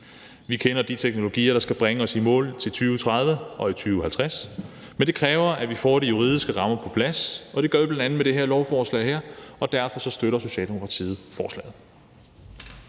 Vi kender de teknologier, der skal bringe os i mål 2030 og 2050, men det kræver, at vi får de juridiske rammer på plads, og det gør vi bl.a. med det her lovforslag, og derfor støtter Socialdemokratiet forslaget.